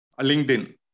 LinkedIn